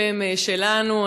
שהם שלנו,